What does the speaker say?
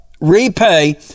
repay